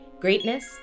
greatness